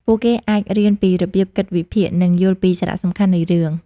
ពួកគេអាចរៀនពីរបៀបគិតវិភាគ និងយល់ពីសារៈសំខាន់នៃរឿង។